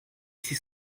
six